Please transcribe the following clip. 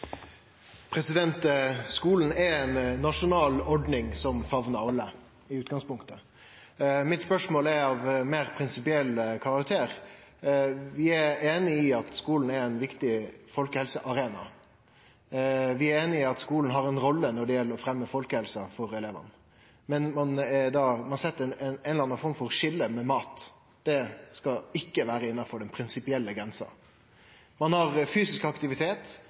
nasjonal ordning som famnar alle i utgangspunktet. Mitt spørsmål er av meir prinsipiell karakter. Vi er einige om at skulen er ein viktig folkehelsearena. Vi er einige om at skulen har ei rolle når det gjeld å fremme folkehelse for elevane. Men ein set ei eller anna form for skilje med mat, det skal ikkje vere innanfor den prinsipielle grensa. Ein har fysisk aktivitet,